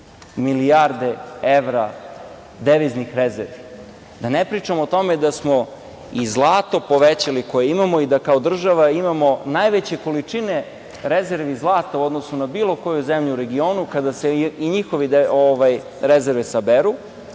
milijarde evra deviznih rezervi. Da ne pričamo o tome da smo i zlato povećali koje imamo i da kao država imamo najveće količine rezervi zlata u odnosu na bilo koju zemlju u regionu, kada se i njihove rezerve saberu.